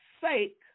sake